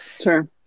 Sure